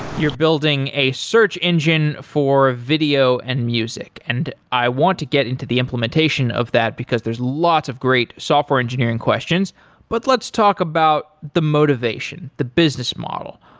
you're building a search engine for video and music and i want to get into the implementation of that because there's lots of great software engineering questions but let's talk about the motivation, the business model.